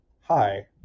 Hi